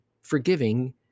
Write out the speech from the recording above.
forgiving